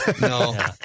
no